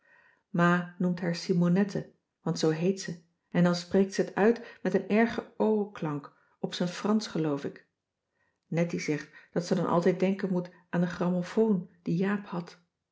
ma noemt haar simonette want zoo heet ze en dan spreekt ze het uit met een erge klank op z'n fransch geloof ik nettie zegt dat ze dan altijd denken moet aan de gramofoon die jaap had